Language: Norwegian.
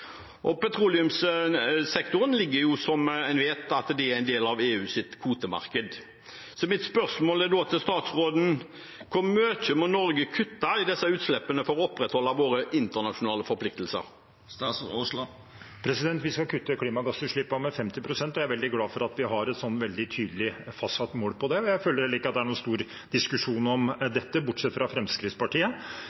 Petroleumssektoren er jo, som en vet, en del av EUs kvotemarked. Mitt spørsmål er da til statsråden: Hvor mye må Norge kutte i disse utslippene for å opprettholde våre internasjonale forpliktelser? Vi skal kutte klimagassutslippene med 50 pst. Jeg veldig glad for at vi har et veldig tydelig fastsatt mål på det. Jeg føler heller ikke at det er noen stor diskusjon om